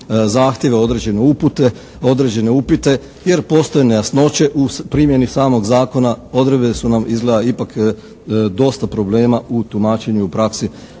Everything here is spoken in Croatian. zahtjeve, određene upite jer postoje nejasnoće u primjeni samog zakona. Odredbe su nam izgleda ipak dosta problema u tumačenju i praksi